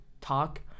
talk